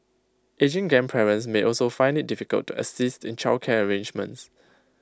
ageing grandparents may also find IT difficult to assist in childcare arrangements